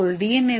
இதேபோல் டி